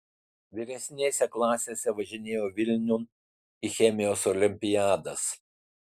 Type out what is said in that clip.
vyresnėse klasėse važinėjau vilniun į chemijos olimpiadas